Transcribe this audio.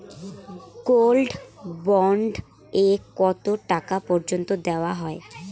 Gold bond এ কতো টাকা পর্যন্ত দেওয়া হয়?